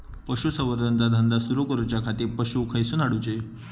पशुसंवर्धन चा धंदा सुरू करूच्या खाती पशू खईसून हाडूचे?